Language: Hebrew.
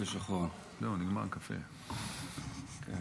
באנגלית אומרים